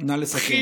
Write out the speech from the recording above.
נא לסכם.